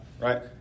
right